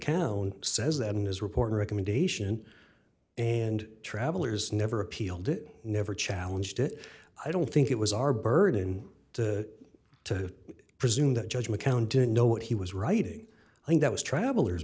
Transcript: count says that in his report recommendation and travelers never appealed it never challenged it i don't think it was our burden to presume that judge mccown didn't know what he was writing i think that was traveller